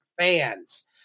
fans